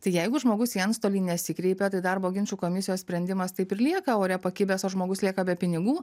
tai jeigu žmogus į antstolį nesikreipia tai darbo ginčų komisijos sprendimas taip ir lieka ore pakibęs ar žmogus lieka be pinigų